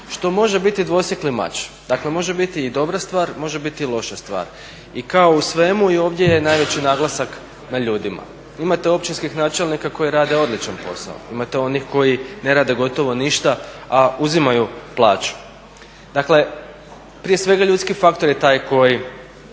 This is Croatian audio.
što može biti dvosjekli mač, dakle može biti i dobra stvar, može biti i loša stvar. I kao u svemu i ovdje je najveći naglasak na ljudima. Imate općinskih načelnika koji rade odličan posao, imate onih koji ne rade gotovo ništa a uzimaju plaću. Dakle, prije svega ljudski faktor je taj koji